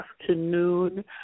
afternoon